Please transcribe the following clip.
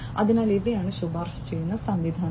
അതിനാൽ ഇവയാണ് ശുപാർശ ചെയ്യുന്ന സംവിധാനങ്ങൾ